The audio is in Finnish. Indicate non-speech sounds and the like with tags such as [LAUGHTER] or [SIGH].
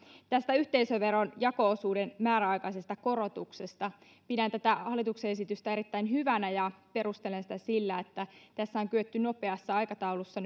tästä yhteisöveron jako osuuden määräaikaisesta korotuksesta pidän tätä hallituksen esitystä erittäin hyvänä ja perustelen sitä sillä että tässä on kyetty nopeassa aikataulussa [UNINTELLIGIBLE]